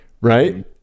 right